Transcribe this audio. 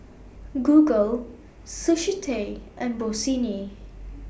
Google Sushi Tei and Bossini